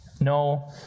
No